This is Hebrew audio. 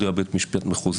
מדוע מדובר על בית משפט מחוזי,